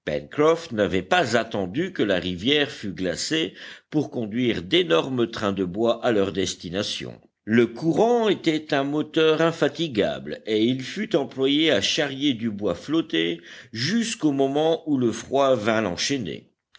n'avait pas attendu que la rivière fût glacée pour conduire d'énormes trains de bois à leur destination le courant était un moteur infatigable et il fut employé à charrier du bois flotté jusqu'au moment où le froid vint l'enchaîner